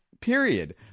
period